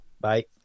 bye